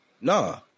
Nah